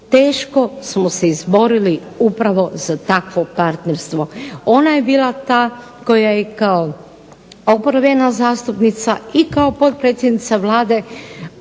Teško smo se izborili upravo za takvo partnerstvo. Ona je bila ta koja je kao oporbena zastupnica i kao potpredsjednica Vlade